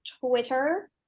Twitter